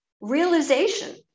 realization